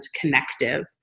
connective